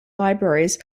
libraries